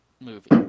movie